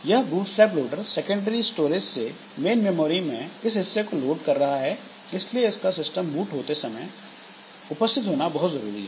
यह bootstrap loader secondary storage से main memory में इस हिस्से को लोड कर रहा है इसलिए इसका सिस्टम बूट होते समय उपस्थित होना बहुत जरूरी है